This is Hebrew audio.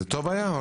זה היה טוב או לא?